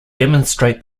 demonstrate